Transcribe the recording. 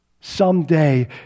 Someday